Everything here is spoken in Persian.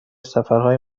سفرهای